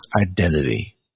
identity